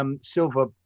Silver